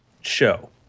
show